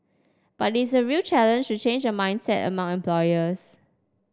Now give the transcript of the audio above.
but it's a real challenge to change a mindset among employers